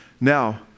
Now